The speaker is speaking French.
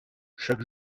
chaque